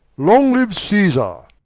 long live caesar!